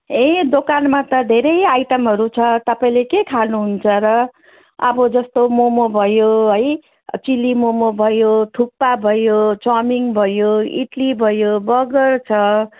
ए दोकानमा त धेरैै आइटमहरू छ तपाईँले के खानुहुन्छ र अब जस्तो मोमो भयो है चिल्ली मोमो भयो थुक्पा भयो चाउमिन भयो इडली भयो बर्गर छ